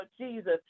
Jesus